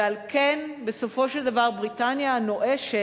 ועל כן בסופו של דבר בריטניה הנואשת